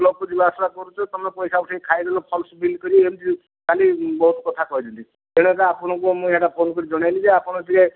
ବ୍ଲକକୁ ଯିବା ଆସିବା କରୁଛ ତମେ ପଇସା ଉଠେଇକି ଖାଇଦେଲ ଫଲସ୍ ବିଲ୍ କରି ଏମିତି କାଲି ବହୁତ କଥା କହିଛନ୍ତି ତେଣୁ ଆଜ୍ଞା ଆପଣଙ୍କୁ ମୁଁ ଏଇଟା ଫୋନ କରି ଜଣେଇଲି ଯେ ଆପଣ ଟିକିଏ